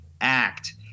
act